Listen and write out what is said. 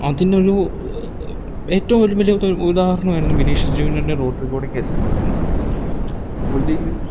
അതിന്നൊരു ഏറ്റോം വല്ല വലിയത് ഉദാഹരണം ആയിരുന്നു വിനീഷ്യസ് ജൂനിയറിന്റെ റോഡ്റിഗോടേം കേസ്ന്ന് പറയുന്നത് അപ്പോഴത്തേക്കിനും